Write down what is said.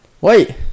Wait